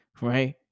right